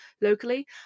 locally